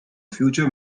future